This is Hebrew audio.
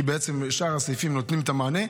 כי בעצם שאר הסעיפים נותנים את המענה.